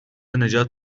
نجات